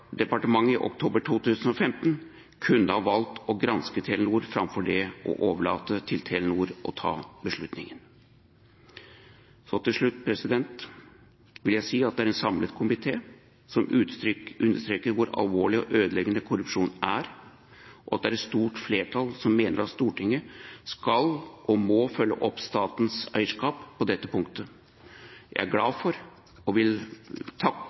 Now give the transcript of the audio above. departementet i oktober 2015, kunne ha valgt å granske Telenor framfor å overlate til Telenor å ta den beslutningen. Til slutt vil jeg si at det er en samlet komité som understreker hvor alvorlig og ødeleggende korrupsjon er, og at det er et stort flertall som mener at Stortinget skal og må følge opp statens eierskap på dette punktet. Jeg er glad for og vil takke